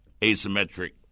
asymmetric